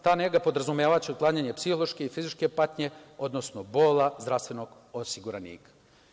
Ta nega podrazumevaće uklanjanje psihološke i fizičke patnje, odnosno bola zdravstvenog osguranika.